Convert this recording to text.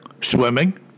Swimming